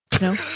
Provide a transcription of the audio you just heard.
No